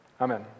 Amen